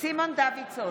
סימון דוידסון,